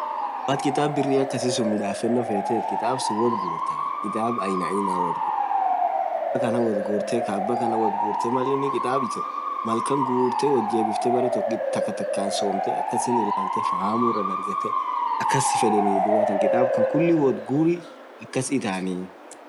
malaat kitab birii woat guurt, kitaab aina ainaa woat gurtaa aah kaa abaakanaa woat gurtee kaa abaa kanaa wot gurtee duub fahamuu irra dargetaa takatakaan somtaa duub akass ittanii.